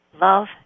Love